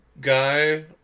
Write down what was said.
guy